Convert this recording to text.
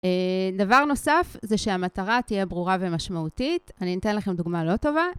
דבר נוסף זה שהמטרה תהיה ברורה ומשמעותית. אני אתן לכם דוגמה לא טובה.